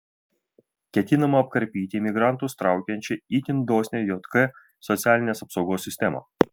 ketinama apkarpyti imigrantus traukiančią itin dosnią jk socialinės apsaugos sistemą